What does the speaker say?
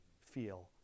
feel